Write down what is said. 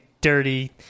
dirty